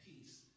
peace